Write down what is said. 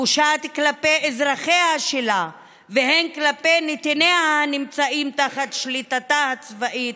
הפושעת כלפי אזרחיה שלה וכלפי נתיניה הנמצאים תחת שליטתה הצבאית,